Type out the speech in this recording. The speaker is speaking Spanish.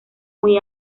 muy